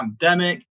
pandemic